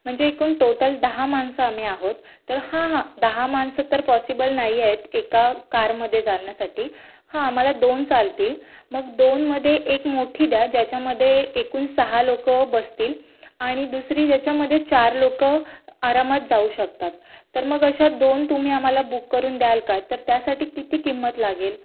म्हणजे एकूण टोटल दहा माणसं आम्ही आहोत हां हां दहा माणसं तर पॉसिबल नाही आहेत एका कारमध्ये जाण्यासाठी हा आम्हाला दोन चालतील मग दोनमध्ये एक मोठी द्या ज्याच्यामधे एकूण सहा लोकं बसतील आणि दुसरी ज्याच्यामधे चार लोकं आरामात जाऊ शकतात तर मग अशा दोन तुम्ही आम्हाला बुक करुन द्याल का तर त्यासाठी किती किंमत लागेल